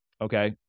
Okay